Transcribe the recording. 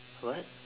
what